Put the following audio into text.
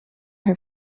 her